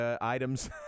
items